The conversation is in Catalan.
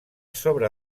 sobre